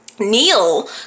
Neil